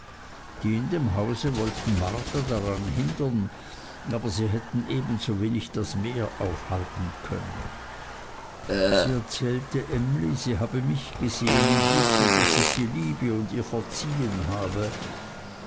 die in dem hause wollten marta daran hindern aber sie hätten ebensowenig das meer aufhalten können sie erzählte emly sie habe mich gesehen und wisse daß ich sie liebe und ihr verziehen habe